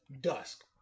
Dusk